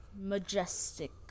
majestic